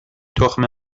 تخم